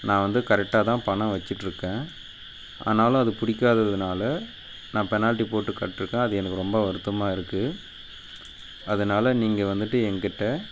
நான் வந்து கரெக்டாக தான் பணம் வச்சிட்டிருக்கேன் ஆனாலும் அது பிடிக்காததுனால நான் பெனால்டி போட்டு கட்டியிருக்கேன் அது எனக்கு ரொம்ப வருத்தமாக இருக்குது அதனால நீங்கள் வந்துட்டு எங்கிட்ட